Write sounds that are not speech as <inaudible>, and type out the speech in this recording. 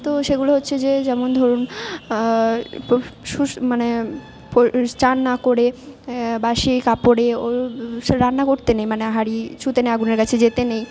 তো সেগুলো হচ্ছে যে যেমন ধরুন <unintelligible> মানে স্নান না করে বাসি কাপড়ে রান্না করতে নেই মানে হাঁড়ি ছুঁতে নেই আগুনের কাছে যেতে নেই